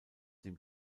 dem